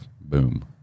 Boom